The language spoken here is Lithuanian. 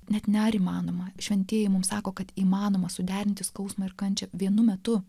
net ne ar įmanoma šventieji mums sako kad įmanoma suderinti skausmą ir kančią vienu metu